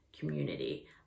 community